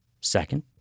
Second